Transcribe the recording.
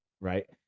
right